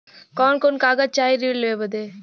कवन कवन कागज चाही ऋण लेवे बदे?